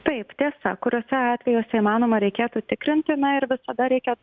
taip tiesa kuriuose atvejuose įmanoma reikėtų tikrinti na ir visada reikia